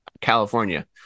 California